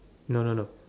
no no no